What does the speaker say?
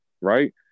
right